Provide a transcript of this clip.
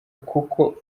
kuko